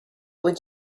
would